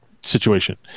situation